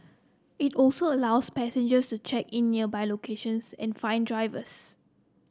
it also allows passengers to check in nearby locations and find drivers